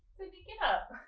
sydney get up!